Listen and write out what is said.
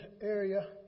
area